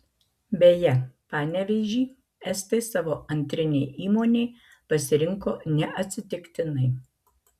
beje panevėžį estai savo antrinei įmonei pasirinko neatsitiktinai